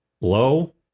Low